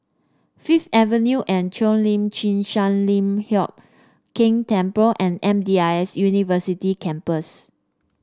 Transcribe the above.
Fifth Avenue Cheo Lim Chin Sun Lian Hup Keng Temple and M D I S University Campus